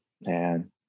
Man